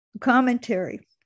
Commentary